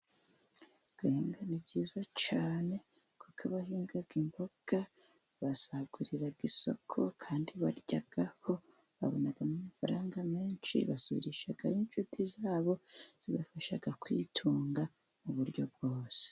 Guhinga ni byiza cyane, kuko abahinga imboga basagurira isoko, kandi baryaho, babonamo amafaranga menshi, basurisha inshuti zabo, zibafasha kwitunga mu buryo bwose.